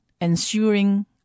ensuring